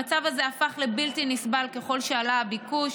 המצב הזה הפך לבלתי נסבל ככל שעלה הביקוש,